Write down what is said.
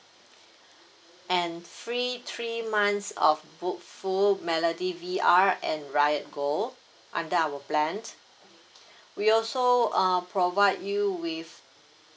and free three months of Bookful Melody V_R and RiotGO under our plan we also uh provide you with